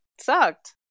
sucked